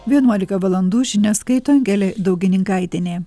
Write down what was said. vienuolika valandų žinias skaito angelė daugininkaitienė